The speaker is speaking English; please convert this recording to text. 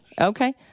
Okay